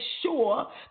sure